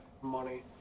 money